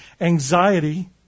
anxiety